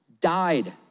died